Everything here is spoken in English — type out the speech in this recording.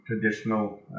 traditional